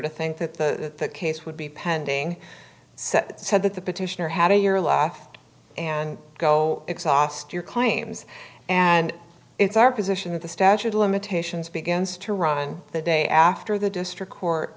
to think that the case would be pending set said that the petitioner had a your laugh and go exhaust your claims and it's our position that the statute of limitations begins to run the day after the district court